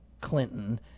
Clinton